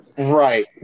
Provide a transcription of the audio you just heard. Right